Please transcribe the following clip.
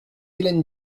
hélène